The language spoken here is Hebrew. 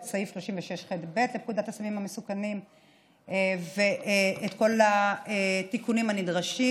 את סעיף 36(ח)(ב) לפקודת הסמים המסוכנים ואת כל התיקונים הנדרשים,